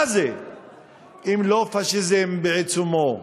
מה זה אם לא פאשיזם בעיצומו,